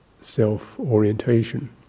self-orientation